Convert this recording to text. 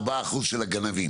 ארבעה אחוז של הגנבים.